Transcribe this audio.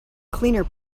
cleaner